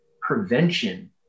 prevention